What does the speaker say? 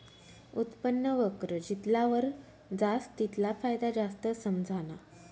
उत्पन्न वक्र जितला वर जास तितला फायदा जास्त समझाना